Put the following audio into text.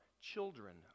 children